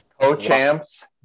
Co-champs